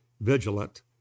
vigilant